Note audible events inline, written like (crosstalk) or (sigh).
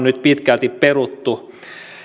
(unintelligible) nyt pitkälti peruttu